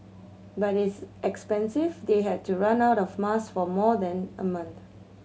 but it's expensive they had run out of mask for more than a month